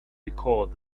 because